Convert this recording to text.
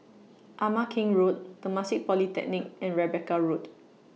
Ama Keng Road Temasek Polytechnic and Rebecca Road